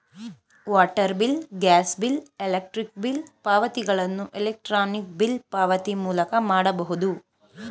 water bill, gas bill, electric bill ಪಾವತಿಗಳನ್ನು electronic bill ಪಾವತಿ ಮೂಲಕ ಮಾಡಬಹುದು